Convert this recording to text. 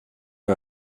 wir